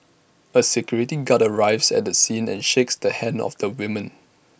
A security guard arrives at the scene and shakes the hand of the woman